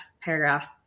paragraph